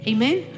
Amen